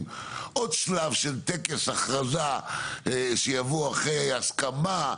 עוד שלב של טקס הכרזה שיבוא אחרי הסכמה,